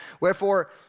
Wherefore